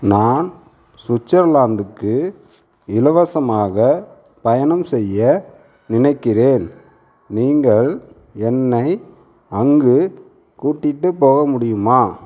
நான் சுவிட்சர்லாந்துக்கு இலவசமாக பயணம் செய்ய நினைக்கிறேன் நீங்கள் என்னை அங்கே கூட்டிட்டு போக முடியுமா